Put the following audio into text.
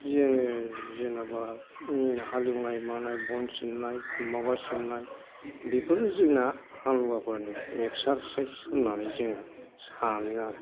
जोङो जेनबा हालिवनाय मानाय बन सिन्नाय माबा सिन्नाय बेफोरो जोंना हालुवाफोरनि एक्सार्साइस होन्नानै जोङो सानो आरो